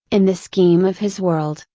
in the scheme of his world,